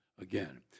again